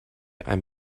i’m